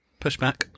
pushback